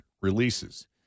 releases